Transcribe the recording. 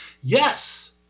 Yes